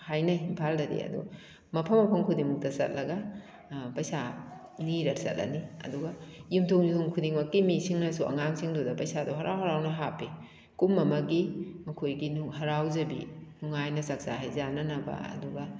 ꯍꯥꯏꯅꯩ ꯏꯝꯐꯥꯜꯗꯗꯤ ꯑꯗꯨ ꯃꯐꯝ ꯃꯐꯝ ꯈꯨꯗꯤꯡꯃꯛꯇ ꯆꯠꯂꯒ ꯄꯩꯁꯥ ꯅꯤꯔ ꯆꯠꯂꯅꯤ ꯑꯗꯨꯒ ꯌꯨꯝꯊꯣꯡ ꯌꯨꯝꯊꯣꯡ ꯈꯨꯗꯤꯡꯃꯛꯀꯤ ꯃꯤꯁꯤꯡꯅꯁꯨ ꯑꯉꯥꯡꯗꯨꯗ ꯄꯩꯁꯥꯗꯣ ꯍꯔꯥꯎ ꯍꯔꯥꯎ ꯍꯥꯞꯄꯤ ꯀꯨꯝ ꯑꯃꯒꯤ ꯃꯈꯣꯏꯒꯤ ꯍꯔꯥꯎꯖꯕꯤ ꯅꯨꯡꯉꯥꯏꯅ ꯆꯛꯆꯥ ꯍꯩꯖꯥꯟꯅꯅꯕ ꯑꯗꯨꯒ